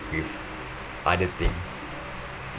with other things